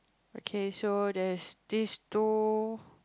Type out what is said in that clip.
okay so there's this two